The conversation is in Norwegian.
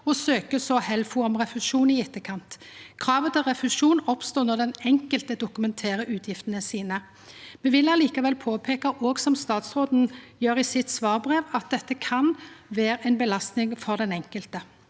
så søkjer Helfo om refusjon i etterkant. Kravet til refusjon oppstår når den enkelte dokumenterer utgiftene sine. Vi vil likevel påpeika, som statsråden òg gjer i sitt svarbrev, at dette kan vere ei belasting for den enkelte.